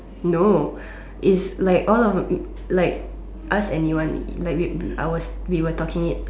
no is like all of like ask anyone like we our we were talking it